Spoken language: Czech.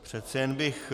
Přece jen bych...